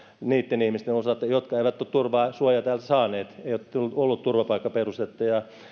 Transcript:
niitten ihmisten osalta jotka eivät ole turvaa suojaa täältä saaneet ei ole ollut turvapaikkaperustetta